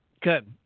Good